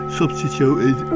substituted